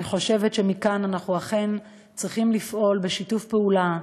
ואני חושבת שמכאן אנחנו צריכים לפעול בשיתוף פעולה